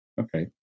Okay